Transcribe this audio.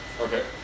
Okay